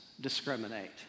discriminate